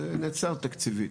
וזה נעצר תקציבית.